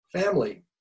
Family